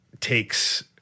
takes